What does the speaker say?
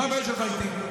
מה הבעיה שלך איתי?